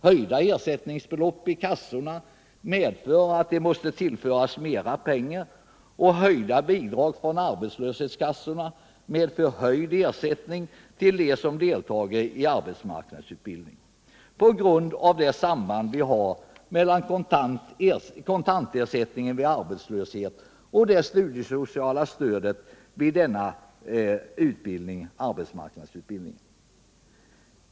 Höjda ersättningsbelopp i kassorna medför att det måste tillföras mera pengar, och höjda bidrag från arbetslöshetskassorna medför höjd ersättning till dem som deltar i arbetsmarknadsutbildning, på grund av det samband vi har mellan kontantersättningen vid arbetslöshet och det studiesociala stödet vid arbetsmarknadsutbildning.